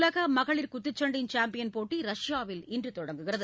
உலக மகளிர் குத்துச்சண்டை சாம்பியன் போட்டி ரஷ்யாவில் இன்று தொடங்குகிறது